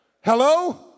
Hello